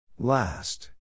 Last